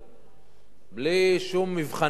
בלי שום מבחני הכנסה,